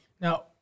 now